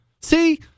See